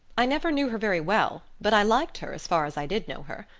i never knew her very well but i liked her as far as i did know her.